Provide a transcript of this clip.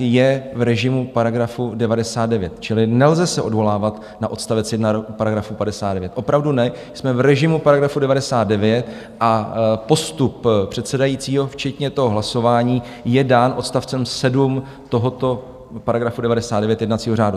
je v režimu § 99, čili nelze se odvolávat na odst. 1 § 99, opravdu ne, jsme v režimu § 99 a postup předsedajícího, včetně toho hlasování, je dán odst. 7 tohoto § 99 jednacího řádu.